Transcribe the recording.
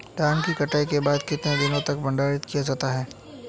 धान की कटाई के बाद कितने दिनों तक भंडारित किया जा सकता है?